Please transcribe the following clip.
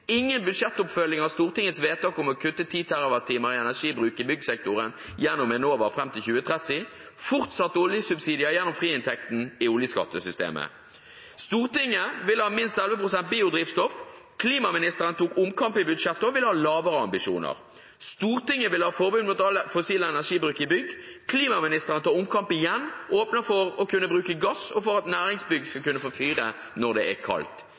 ingen budsjettoppfølging av Stortingets vedtak om å kutte 10 TWh i energibruk i byggsektoren gjennom Enova fram til 2030 og fortsatt oljesubsidier gjennom friinntekten i oljeskattesystemet. Stortinget vil ha minst 11 pst. biodrivstoff. Klimaministeren tok omkamp i budsjettet og vil ha lavere ambisjoner. Stortinget vil ha forbud mot all fossil energibruk i bygg. Klimaministeren tar omkamp igjen og åpner for å kunne bruke gass, og for at næringsbygg skal kunne få fyre når det er kaldt.